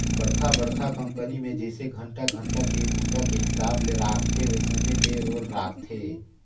बड़खा बड़खा कंपनी मे जइसे घंटा घंटा के बूता के हिसाब ले राखथे वइसने पे रोल राखथे